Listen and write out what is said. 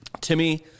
Timmy